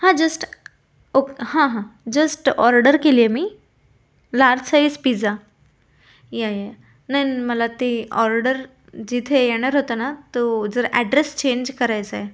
हां जस्ट ओ हां हां जस्ट ऑर्डर केली आहे मी लार्ज साईज पिझ्झा या या नाही मला ते ऑर्डर जिथे येणार होतं ना तो जर ॲड्रेस चेंज करायचा आहे